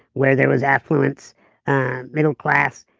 where there was affluence and middle-class,